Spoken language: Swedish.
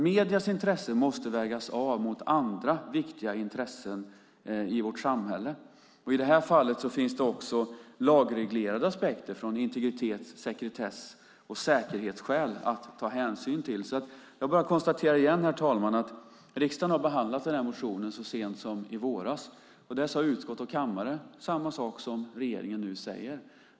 Mediernas intressen måste vägas av mot andra viktiga intressen i vårt samhälle. I det här fallet finns det också lagreglerade aspekter av integritets-, sekretess och säkerhetsskäl att ta hänsyn till. Jag konstaterar igen, herr talman, att riksdagen har behandlat den här motionen så sent som i våras, och då sade utskott och kammare samma sak som regeringen nu säger.